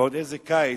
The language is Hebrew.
ועוד איזה קיץ,